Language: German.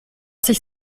sich